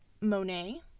Monet